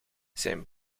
zijn